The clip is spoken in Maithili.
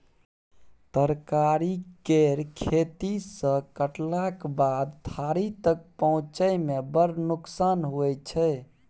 तरकारी केर खेत सँ कटलाक बाद थारी तक पहुँचै मे बड़ नोकसान होइ छै